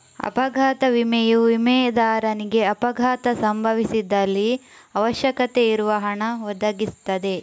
ಅಪಘಾತ ವಿಮೆಯು ವಿಮೆದಾರನಿಗೆ ಅಪಘಾತ ಸಂಭವಿಸಿದಲ್ಲಿ ಅವಶ್ಯಕತೆ ಇರುವ ಹಣ ಒದಗಿಸ್ತದೆ